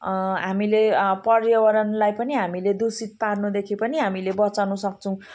हामीले पर्यावरणलाई पनि हामीले दूषित पार्नुदेखि पनि हामीले बँचाउनुसक्छौँ